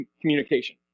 communication